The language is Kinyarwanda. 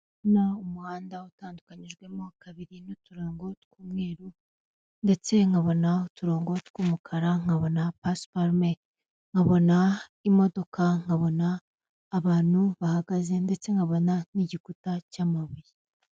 Ndikubona umuhanda utandukanyijwemo kabiri n'uturongo tw'umweru ndetse nkabona uturongo tw'umukara, nkabona pasiparume, nkabona imodoka, nkabona abantu bahagaze ndetse nkabona n'igikuta cy'amabuye.